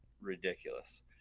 ridiculous